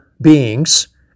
beings